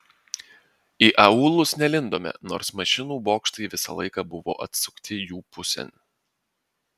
į aūlus nelindome nors mašinų bokštai visą laiką buvo atsukti jų pusėn